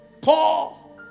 Paul